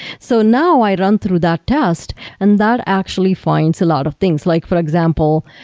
so now i run through that test and that actually finds a lot of things, like for example,